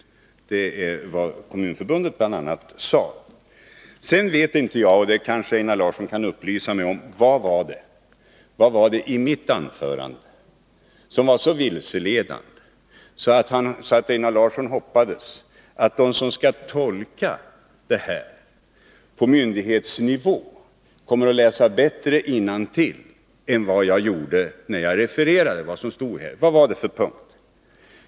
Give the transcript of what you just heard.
Detta är alltså vad Kommunförbundet bl.a. sade. Sedan undrar jag — och det kan kanske Einar Larsson upplysa mig om — vad det var i mitt anförande som var så vilseledande, att Einar Larsson hoppades att de som skall tolka utskottsmajoritetens förslag på myndighetsnivå kommer att läsa bättre innantill än vad jag gjorde när jag refererade det. Vilka punkter gällde det?